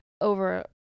over